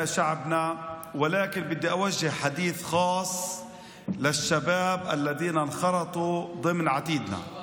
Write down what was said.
אך אני רוצה להפנות דברים בעיקר לצעירים אשר השתלבו בעתידנא.